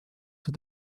see